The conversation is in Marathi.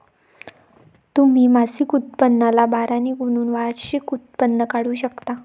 तुम्ही मासिक उत्पन्नाला बारा ने गुणून वार्षिक उत्पन्न काढू शकता